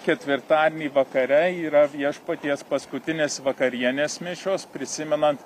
ketvirtadienį vakare yra viešpaties paskutinės vakarienės mišios prisimenant